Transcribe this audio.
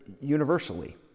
universally